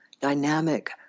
dynamic